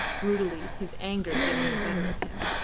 brutally, his anger getting the better of him,